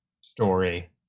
story